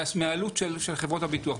מהעלות של חברות הביטוח,